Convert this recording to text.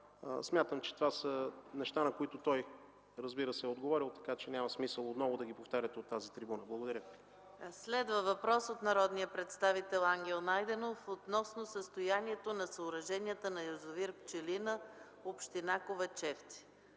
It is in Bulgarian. Смятам, че това са неща, на които той разбира се е отговорил, така че няма смисъл отново да ги повтаряте от тази трибуна. Благодаря. ПРЕДСЕДАТЕЛ ЕКАТЕРИНА МИХАЙЛОВА: Следва въпрос от народния представител Ангел Найденов относно състоянието на съоръженията на язовир „Пчелина”, община Ковачевци.